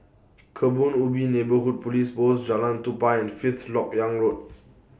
Kebun Ubi Neighbourhood Police Post Jalan Tupai and Fifth Lok Yang Road